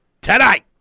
tonight